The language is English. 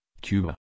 Cuba